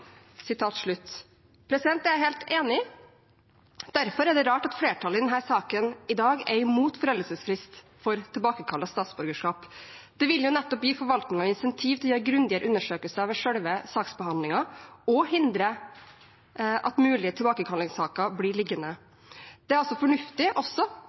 Det er jeg helt enig i. Derfor er det rart at flertallet i denne saken i dag er imot foreldelsesfrist for tilbakekall av statsborgerskap. Det vil jo nettopp gi forvaltningen incentiv til å gjøre grundigere undersøkelser ved selve saksbehandlingen og hindre at mulige tilbakekallingssaker blir liggende. Det er altså fornuftig også